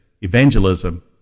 evangelism